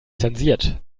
zensiert